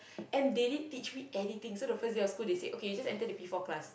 and they didn't teach me anything so the first day of school they say okay you just enter the P four class